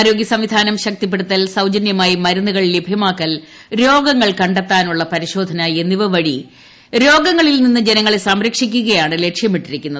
ആരോഗ്യ സംവിധാനം ശക്തിപ്പെടുത്തൽ സൌജന്യമായി മരുന്നുകൾ ലഭ്യമാക്കൽ രോഗങ്ങൾ ക ത്താനുള്ള പരിശോധന എന്നിവ വഴി രോഗങ്ങളിൽ നിന്ന് ജനങ്ങളെ സംരക്ഷിക്കുകയാണ് ലക്ഷ്യമിട്ടീരിക്കുന്നത്